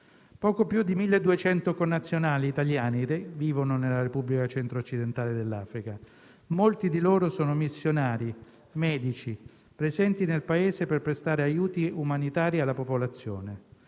Poco più di 1.200 connazionali italiani vivono nella Repubblica centro-occidentale dell'Africa. Molti di loro sono missionari, medici presenti nel Paese per prestare aiuti umanitari alla popolazione.